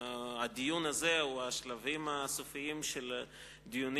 הדיון הזה הוא השלבים הסופיים של דיונים